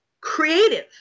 creative